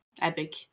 Epic